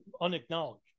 unacknowledged